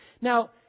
Now